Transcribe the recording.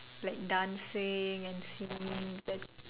like dancing and singing that